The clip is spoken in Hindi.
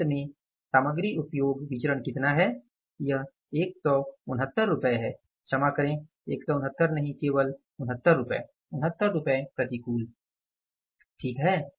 तो अंत में MUV कितना है यह 169 रूपए है क्षमा करे 169 नहीं केवल 69 69 प्रतिकूल ठीक है